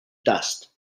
dust